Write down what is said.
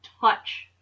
touch